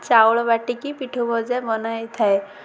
ଚାଉଳ ବାଟିକି ପିଠଉ ଭଜା ବନାଇ ଥାଏ